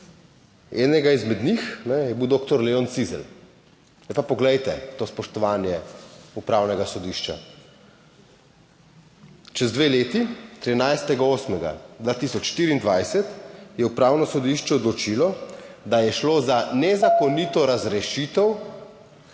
Enega izmed njih je bil doktor Leon Cizelj. Zdaj pa poglejte, to spoštovanje Upravnega sodišča. Čez dve leti, 13. 8. 2024 je upravno sodišče odločilo, da je šlo za nezakonito razrešitev